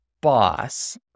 boss